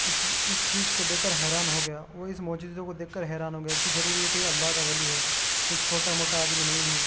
اس اس چیز کو دیکھ کر حیران ہو گیا اور اس معجزے کو دیکھ کر حیران ہو گیا کہ ضرور یہ کوئی اللہ کا ولی ہے کوئی چھوٹا موٹا آدمی نہیں ہے